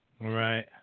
Right